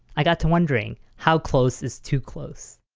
i got to wondering, how close is too close?